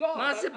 מה זה?